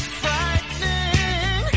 frightening